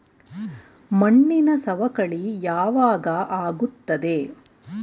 ಮಣ್ಣಿನ ಸವಕಳಿ ಯಾವಾಗ ಆಗುತ್ತದೆ?